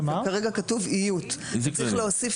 כרגע כתוב איות, צריך להוסיף